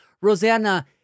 Rosanna